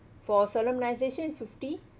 for solemnisation fifty